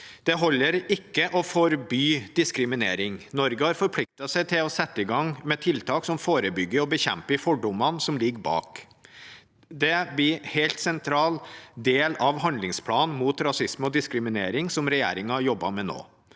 Det holder ikke å forby diskriminering. Norge har forpliktet seg til å sette i gang med tiltak som forebygger og bekjemper fordommene som ligger bak. Det blir en helt sentral del av handlingsplanen mot rasisme og diskriminering som regjeringen jobber med nå.